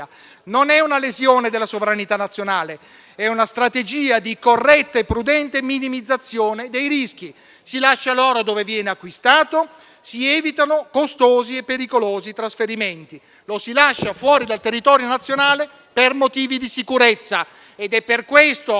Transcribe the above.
non è una lesione della sovranità nazionale, è una strategia di corretta e prudente minimizzazione dei rischi. Si lascia l'oro dove viene acquistato, si evitano costosi e pericolosi trasferimenti. Lo si lascia fuori dal territorio nazionale per motivi di sicurezza. Ed è per questo che